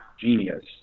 genius